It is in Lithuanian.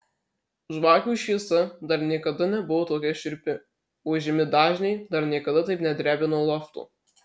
žvakių šviesa dar niekada nebuvo tokia šiurpi o žemi dažniai dar niekada taip nedrebino lofto